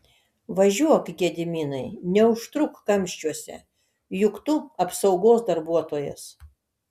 važiuok gediminai neužtruk kamščiuose juk tu apsaugos darbuotojas